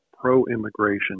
pro-immigration